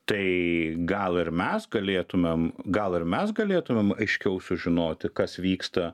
tai gal ir mes galėtumėm gal ir mes galėtumėm aiškiau sužinoti kas vyksta